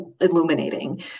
illuminating